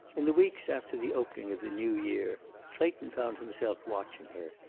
in the weeks after the opening of the new year clayton found himself watching her.